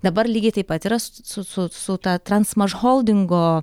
dabar lygiai taip pat yra su su su ta transmašholdingo